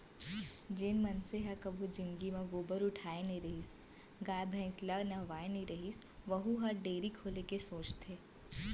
जेन मनसे ह कभू जिनगी म गोबर उठाए नइ रहय, गाय भईंस ल नहवाए नइ रहय वहूँ ह डेयरी खोले के सोचथे